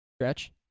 Stretch